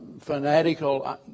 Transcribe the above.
fanatical